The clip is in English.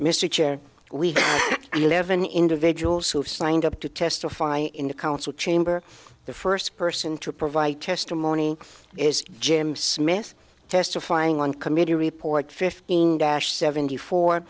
we've eleven individuals who have signed up to testify in the council chamber the first person to provide testimony is jim smith testifying one committee report fifteen dash seventy four